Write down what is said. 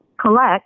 collect